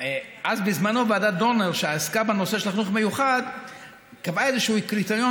בזמנו ועדת דורנר שעסקה בנושא של החינוך המיוחד קבעה איזשהו קריטריון,